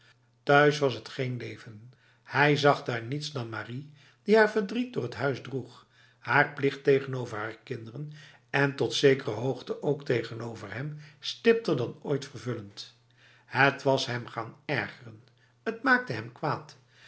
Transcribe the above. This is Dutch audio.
thuis was het geen leven hij zag daar niets dan marie die haar verdriet door het huis droeg haar plicht tegenover haar kinderen en tot zekere hoogte ook tegenover hem stipter dan ooit vervullend het was hem gaan ergeren het maakte hem kwaad